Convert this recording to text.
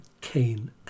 Cain